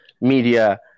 Media